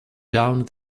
down